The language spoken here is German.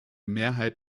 mehrheit